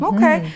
Okay